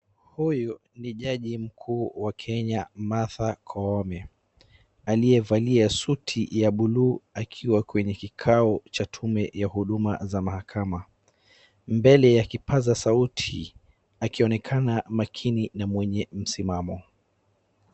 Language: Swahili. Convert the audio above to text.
Huyu ni jaji mkuu wa Kenya Martha Koome aliyevalia suti ya buluu akiwa kwenye kikao cha tume ya huduma za mahakama, mbele ya kipaza sauti akionekana makini na mwenye msimamo.